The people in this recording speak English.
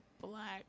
black